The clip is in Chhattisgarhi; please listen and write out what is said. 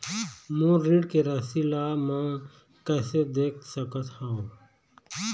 मोर ऋण के राशि ला म कैसे देख सकत हव?